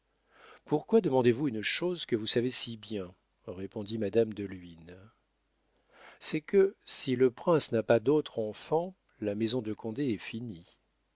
pourquoi demandez-vous une chose que vous savez si bien répondit madame de luynes c'est que si le prince n'a pas d'autre enfant la maison de condé est finie